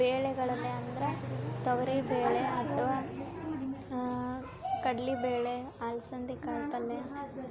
ಬೇಳೆಗಳಲ್ಲಿ ಅಂದರೆ ತೊಗರಿ ಬೇಳೆ ಅಥವಾ ಕಡ್ಲಿಬೇಳೆ ಅಲ್ಸಂದಿ ಕಾಳು ಪಲ್ಯ